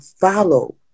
follow